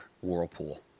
Whirlpool